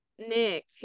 Nick